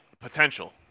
potential